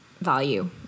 value